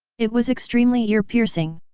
it was extremely ear-piercing.